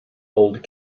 old